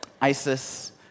ISIS